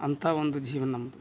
ಅಂಥ ಒಂದು ಜೀವ ನಮ್ಮದು